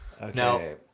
Okay